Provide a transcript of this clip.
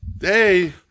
hey